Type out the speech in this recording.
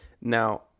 Now